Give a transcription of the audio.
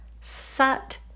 sat